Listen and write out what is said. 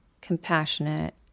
compassionate